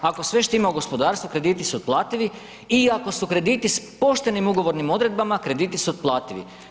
Ako sve štima u gospodarstvu krediti su otplativi i ako su krediti s poštenim ugovornim odredbama krediti su otplativi.